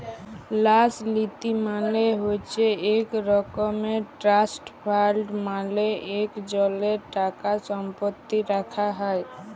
ল্যাস লীতি মালে হছে ইক রকম ট্রাস্ট ফাল্ড মালে ইকজলের টাকাসম্পত্তি রাখ্যা হ্যয়